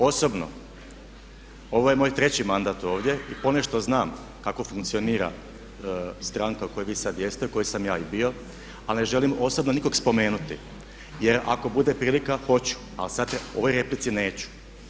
Osobno ovo je moj treći mandat ovdje i ponešto znam kako funkcionira stranka u kojoj vi sad jeste, u kojoj sam i ja bio ali ne želim osobno nikog spomenuti jer ako bude prilika hoću, ali sad u ovoj replici neću.